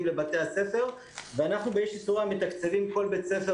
לבתי הספר ואנחנו מתקציבים כל בית ספר